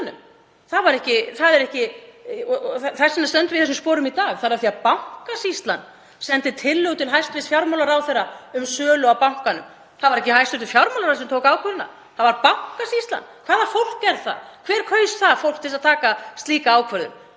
á bönkunum. Þess vegna stöndum við í þessum sporum í dag. Það er af því að Bankasýslan sendi tillögu til hæstv. fjármálaráðherra um sölu á bankanum. Það var ekki hæstv. fjármálaráðherra sem tók ákvörðunina, það var Bankasýslan. Hvaða fólk er það? Hver kaus það fólk til að taka slíka ákvörðun?